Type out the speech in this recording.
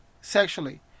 sexually